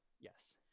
yes